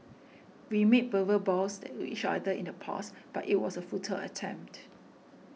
we made verbal vows to each other in the past but it was a futile attempt